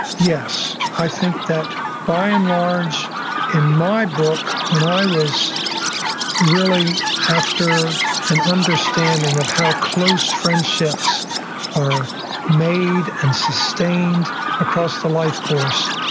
yes, i think that by and large in my book, when i was really after an understanding of how close friendships are made and sustained across the life course,